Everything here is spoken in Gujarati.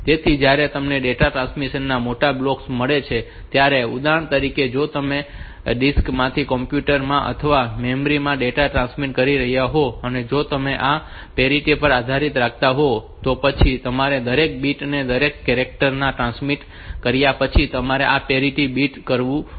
તેથી જ્યારે તમને ડેટા ટ્રાન્સમિશન ના મોટા બ્લોક્સ મળે છે ત્યારે ઉદાહરણ તરીકે જો તમે ડિસ્ક માંથી કોમ્પ્યુટર માં અથવા મેમરી માં ડેટા ટ્રાન્સમિટ કરી રહ્યાં હોવ અને જો તમે આ પેરિટી પર આધાર રાખતા હોવ તો પછી તમારે દરેક બીટ કે દરેક કેરેક્ટર ટ્રાન્સમિટ કર્યા પછી તમારે આ પેરીટી બીટ કરવું પડશે